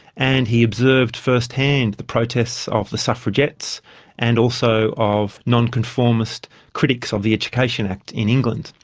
and he observed first-hand the protests of the suffragettes and also of nonconformist critics of the education act in england.